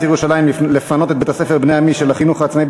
ירושלים לפנות את בית-הספר "בני עמי" של החינוך העצמאי